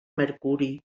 mercuri